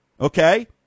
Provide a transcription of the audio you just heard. Okay